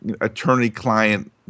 attorney-client